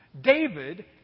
David